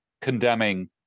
condemning